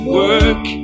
work